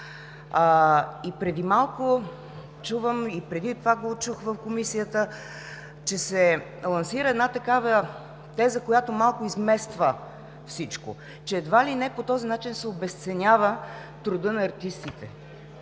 и преди малко чух, и преди това го чух в Комисията, че се лансира една такава теза, която измества всичко, и едва ли не по този начин се обезценява трудът на артистите.